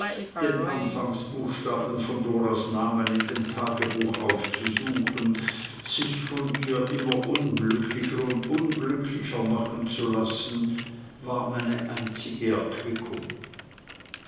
den anfangsbuchstaben von doras namen in dem tagebuch aufzusuchen sich von ihr immer unglücklicher und unglücklicher machen zu lassen war meine einzige